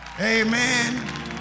Amen